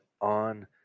on